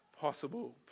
possible